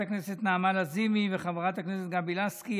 הכנסת נעמה לזימי וחברת הכנסת גבי לסקי.